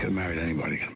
ah made anybody